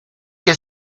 que